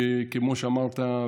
כמו שאמרת,